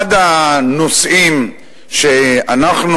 אחד הנושאים שאנחנו